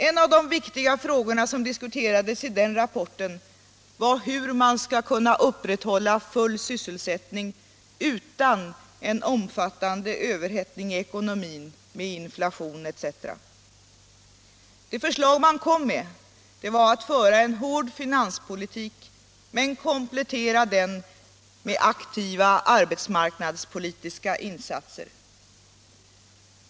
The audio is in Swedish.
En av de viktiga frågorna som diskuterades i den rapporten var hur man skall kunna upprätthålla full sysselsättning utan en omfattande överhettning i ekonomin med inflation etc. Det förslag man kom med var att föra en hård finanspolitik men komplettera den med aktiva arbetsmarknadspolitiska insatser.